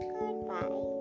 Goodbye